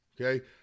Okay